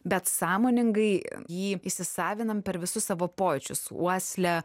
bet sąmoningai jį įsisavinam per visus savo pojūčius uoslę